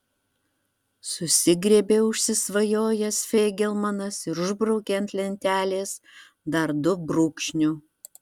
susigriebė užsisvajojęs feigelmanas ir užbraukė ant lentelės dar du brūkšniu